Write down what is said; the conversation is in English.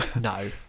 No